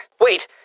Wait